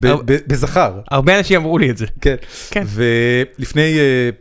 בזכר, הרבה אנשי אמרו לי את זה. כן. כן, ו-לפני אה..